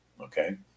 Okay